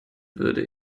würde